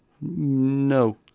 No